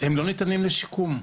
הם לא ניתנים לשיקום,